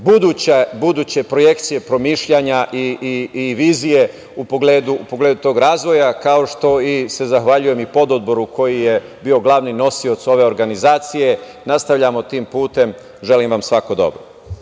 buduće projekcije, promišljanja i vizije u pogledu tog razvoja, kao što se zahvaljujem i pododboru koji je bio nosilac ove organizacije. Nastavljamo tim putem. Želim vam svako dobro.